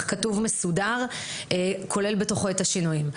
כתוב ומסודר שכולל בתוכו את השינויים.